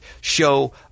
show